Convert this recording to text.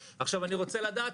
אני רוצה לדעת